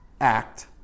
act